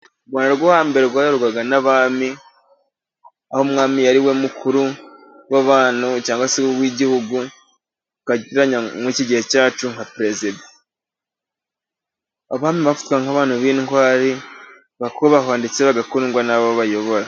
U Rwanda rwo hambere rwayoborwaga n'abami, aho umwami yari we mukuru w'abantu, cyangwa se w'igihugu twagereranya muri iki gihe cyacu nka Perezida , abami bafatwaga nk'abantu b'intwari, bakubahwa, ndetse bagakundwa n'abo bayobora.